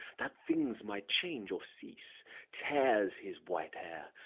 that things might change or cease tears his white hair,